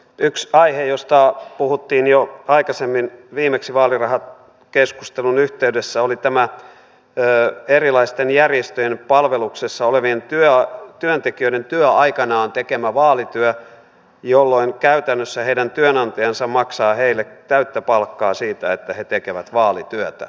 yksi aihe josta puhuttiin jo aikaisemmin viimeksi vaalirahakeskustelun yhteydessä on tämä erilaisten järjestöjen palveluksessa olevien työntekijöiden työaikanaan tekemä vaalityö jolloin käytännössä heidän työnantajansa maksaa heille täyttä palkkaa siitä että he tekevät vaalityötä